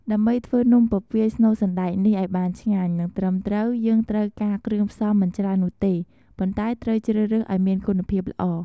ដើម្បីធ្វើនំពពាយស្នូលសណ្តែកនេះឲ្យបានឆ្ងាញ់ និងត្រឹមត្រូវ យើងត្រូវការគ្រឿងផ្សំមិនច្រើននោះទេ ប៉ុន្តែត្រូវជ្រើសរើសឲ្យមានគុណភាពល្អ។